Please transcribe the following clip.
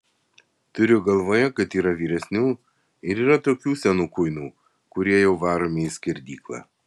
turiu galvoje kad yra vyresnių ir yra tokių senų kuinų kurie jau varomi į skerdyklą